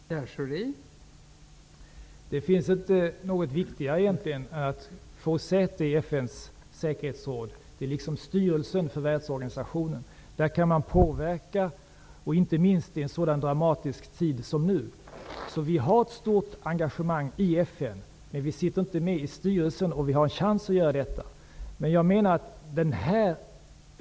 Fru talman! Det finns egentligen inte något viktigare än att få säte i FN:s säkerhetsråd. Det är liksom styrelsen för världsorganisationen. Där kan man påverka, inte minst i en så dramatisk tid som nu. Vi har ett stort engagemang i FN, men vi sitter inte med i styrelsen. Vi har dock en chans att göra detta.